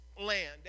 land